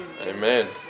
amen